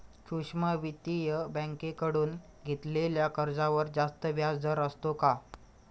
सूक्ष्म वित्तीय बँकेकडून घेतलेल्या कर्जावर जास्त व्याजदर असतो का?